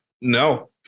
no